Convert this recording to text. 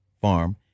Farm